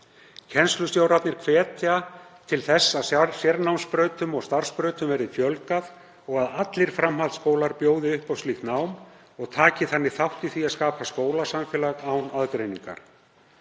Kennslustjórarnir hvetja til þess að sérnámsbrautum/starfsbrautum verði fjölgað og að allir framhaldsskólar bjóði upp á slíkt nám og taki þannig þátt í því að skapa skólasamfélag án aðgreiningar.